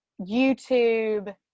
youtube